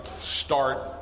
start